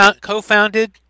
co-founded